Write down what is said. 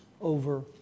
over